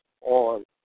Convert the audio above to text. on